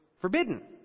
forbidden